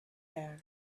air